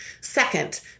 Second